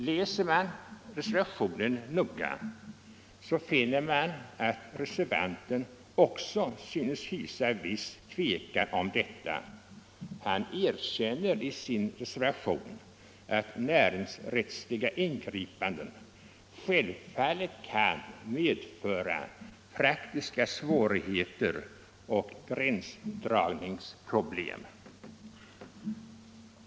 Läser man reservationen noggrant finner man att reservanten också synes hysa viss tvekan om detta. Han erkänner i sin reservation att näringsrättsliga ingripanden självfallet kan medföra praktiska svårigheter och gränsdragningsproblem.